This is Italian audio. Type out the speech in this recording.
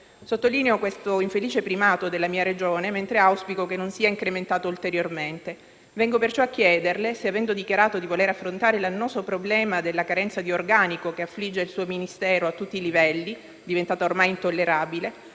Sottolineo questo infelice primato della mia Regione, mentre auspico che non sia incrementato ulteriormente. Vengo perciò a chiederle se, avendo dichiarato di voler affrontare l'annoso problema della carenza di organico che affligge il suo Ministero a tutti i livelli, diventata ormai intollerabile,